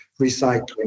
recycling